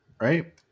right